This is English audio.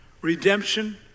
Redemption